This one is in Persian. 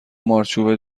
مارچوبه